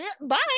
Bye